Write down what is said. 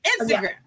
Instagram